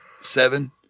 seven